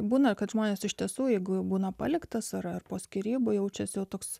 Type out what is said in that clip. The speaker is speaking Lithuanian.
būna kad žmonės iš tiesų jeigu būna paliktas ar po skyrybų jaučiasi toks